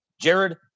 Jared